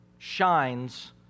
shines